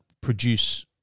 produce